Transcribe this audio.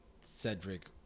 Cedric